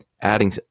adding